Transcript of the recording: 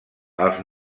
els